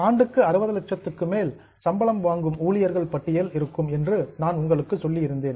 ஆண்டுக்கு 60 லட்சத்துக்கு மேல் சம்பாதிக்கும் ஊழியர்களின் பட்டியல் இருக்கும் என்று நான் உங்களுக்கு சொல்லியிருந்தேன்